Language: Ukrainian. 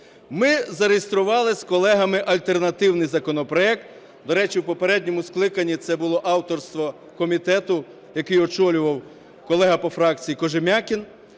Ми зареєстрували з колегами альтернативний законопроект. До речі, в попередньому скликанні це було авторство комітету, який очолював колега по фракції Кожем'якін.